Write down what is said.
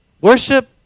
Worship